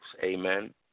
Amen